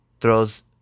throws